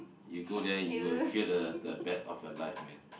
you go there you will feel the the best of your life man